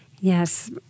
Yes